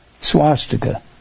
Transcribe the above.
swastika